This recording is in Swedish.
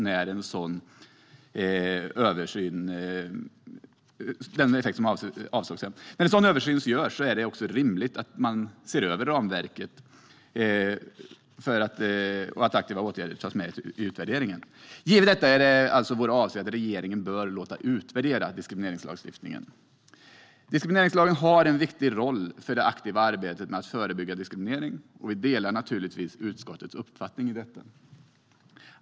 När en sådan översyn görs är det rimligt att även det nya ramverket för aktiva åtgärder tas med i utvärderingen. Givet detta är det alltså vår åsikt att regeringen bör låta utvärdera diskrimineringslagstiftningen. Diskrimineringslagen har en viktig roll för det aktiva arbetet med att förebygga diskriminering, och vi delar naturligtvis utskottets uppfattning i detta.